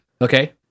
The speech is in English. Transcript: Okay